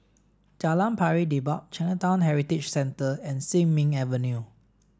Jalan Pari Dedap Chinatown Heritage Centre and Sin Ming Avenue